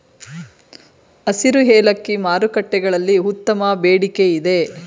ಹಸಿರು ಏಲಕ್ಕಿ ಮಾರುಕಟ್ಟೆಗಳಲ್ಲಿ ಉತ್ತಮ ಬೇಡಿಕೆಯಿದೆ